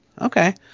Okay